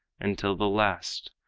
until the last,